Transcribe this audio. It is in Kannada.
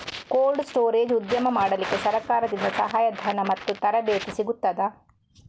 ಕೋಲ್ಡ್ ಸ್ಟೋರೇಜ್ ಉದ್ಯಮ ಮಾಡಲಿಕ್ಕೆ ಸರಕಾರದಿಂದ ಸಹಾಯ ಧನ ಮತ್ತು ತರಬೇತಿ ಸಿಗುತ್ತದಾ?